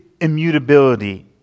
immutability